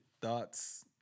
thoughts